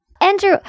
Andrew